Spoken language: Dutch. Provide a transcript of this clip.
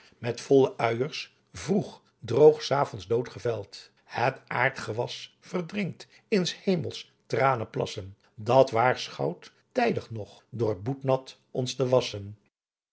met volle uijers vroeg droog s avonds dood geveld het aardgewas verdrinkt in s hemels traane plassen dat waarschoud tijdig nog door boet nat ons te wassen